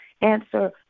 answer